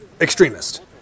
Extremist